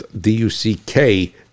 D-U-C-K